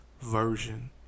version